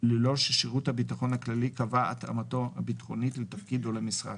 ללא ששירות הביטחון הכללי קבע התאמתו הביטחונית לתפקיד או למשרה,